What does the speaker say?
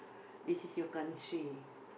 this is your country